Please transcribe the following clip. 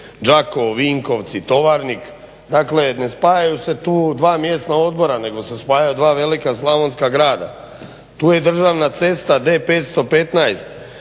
Đakovo-Vinkovci-Tovarnik, dakle ne spajaju se tu dva mjesna odbora nego se spajaju dva velika slavonska grada. Tu je državna cesta D515